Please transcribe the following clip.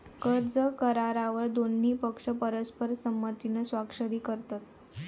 कर्ज करारावर दोन्ही पक्ष परस्पर संमतीन स्वाक्षरी करतत